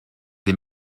des